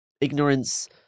ignorance